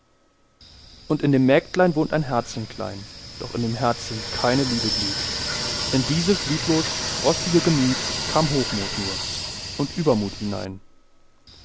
und in dem mägdelein wohnt ein herzchen klein doch in dem herzchen keine liebe glüht in dieses lieblos frostige gemüt kam hochmut nur und übermut hinein